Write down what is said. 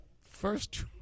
first